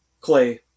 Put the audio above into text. clay